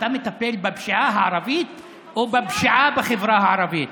אתה מטפל בפשיעה הערבית או בפשיעה בחברה הערבית?